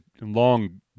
long